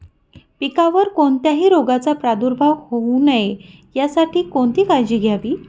पिकावर कोणत्याही रोगाचा प्रादुर्भाव होऊ नये यासाठी कोणती काळजी घ्यावी?